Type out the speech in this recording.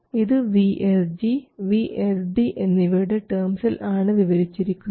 ഇത് VSG VSD എന്നിവയുടെ ടേംസിൽ ആണ് വിവരിച്ചിരിക്കുന്നത്